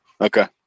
Okay